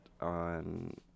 on